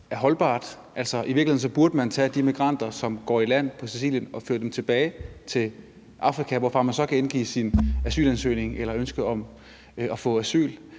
er holdbart? Altså, i virkeligheden burde man tage de migranter, som går i land på Sicilien, og føre dem tilbage til Afrika, hvorfra de så kan indgive deres asylansøgning eller ønske om at få asyl,